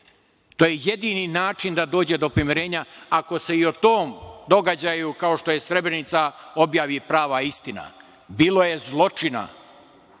To je jedini način da dođe do pomirenja, ako se i o tom događaju, kao što je Srebrenica, objavi prava istina. Bilo je zločina,